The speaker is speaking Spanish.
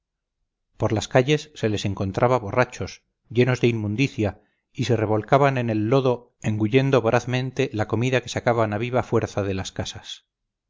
por las calles se les encontraba borrachos llenos de inmundicia y se revolcaban en el lodo engullendo vorazmente la comida que sacaban a viva fuerza de las casas